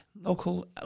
Local